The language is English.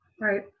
right